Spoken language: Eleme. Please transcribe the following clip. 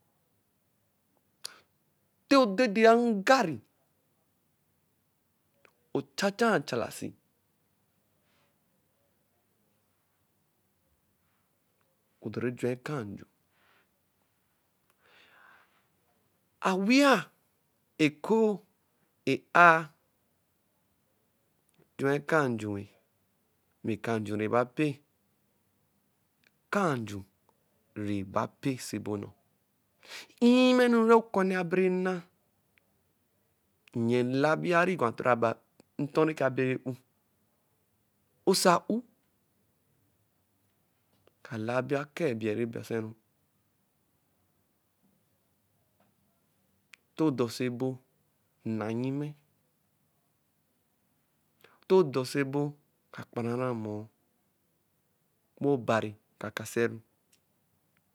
Ntɔ odɛ dɛ-a ngari, ocha cha echalasi, ɔdɔ ru ejuɛ akaa nju. Awia, ekoo, ɛ-aa ju akaa nju-e, mma akaa nju nɛba pɛ. Aka nju rɛ ba pɛ oso ebo nnɔɔ. Nyimɛ enu nɔ ɔkɔnɛ abɛrɛ na, nyɛ labiari gwatɔ nɛkɛ abere u. Oso a-u. kara labi aakaa ebiɛ rɛ basɛ ru. Ntor ɔ’dɔ oso ɛbo, na nnyimẹ; Ntor ɔ’dɔ oso ɛbo, ka kparari amɔɔ, wo obari ka kasaru